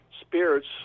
spirits